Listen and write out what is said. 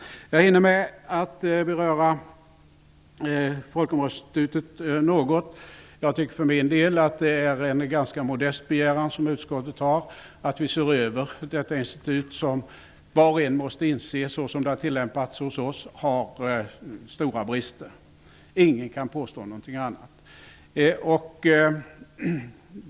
Jag hinner också med att något beröra folkomröstningsinstitutet. Jag tycker för min del att det är en ganska modest begäran som utskottet har, dvs. att detta institut skall ses över. Det har stora brister såsom det har tillämpats hos oss -- ingen kan påstå någonting annat.